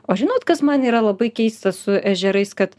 o žinot kas man yra labai keista su ežerais kad